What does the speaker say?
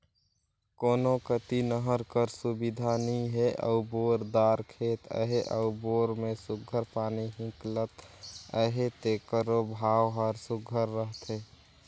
कोनो कती नहर कर सुबिधा नी हे अउ बोर दार खेत अहे अउ बोर में सुग्घर पानी हिंकलत अहे तेकरो भाव हर सुघर रहथे